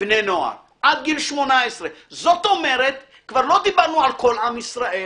בני נוער עד גיל 18. כבר לא דיברנו על כל עם ישראל,